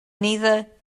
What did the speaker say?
neither